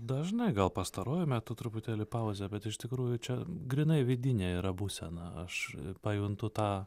dažnai gal pastaruoju metu truputėlį pauzė bet iš tikrųjų čia grynai vidinė yra būsena aš pajuntu tą